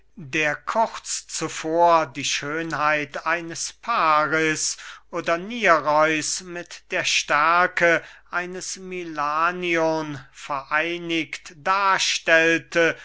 der kurz zuvor die schönheit eines paris oder nireus mit der stärke eines milanion vereinigt darstellte